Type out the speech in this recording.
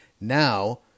Now